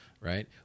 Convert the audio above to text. right